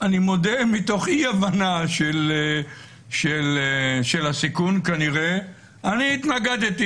אני מודה, מתוך אי-הבנה של הסיכון כנראה, התנגדתי